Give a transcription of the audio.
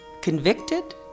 convicted